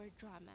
drama